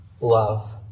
love